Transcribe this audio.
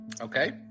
Okay